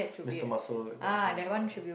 mister muscle that kind of thing ya